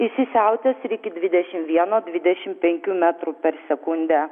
įsisiautės ir iki dvidešimt vieno dvidešimt penkių metrų per sekundę